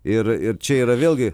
ir ir čia yra vėlgi